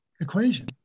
equation